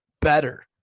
better